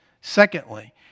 Secondly